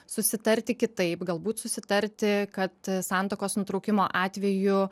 susitarti kitaip galbūt susitarti kad santuokos nutraukimo atveju